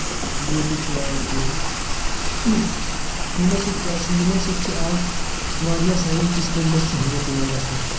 بیٚیہِ تہِ چھِ واریاہ چیٖز یِمو سۭتۍ کیٚاہ چھُ یِمن سۭتۍ چھ آز واریاہ سانٮ۪ن کِچنن منٛز سہوٗلیت یِوان گژھنہٕ